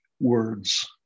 words